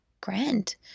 grand